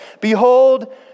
Behold